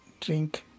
drink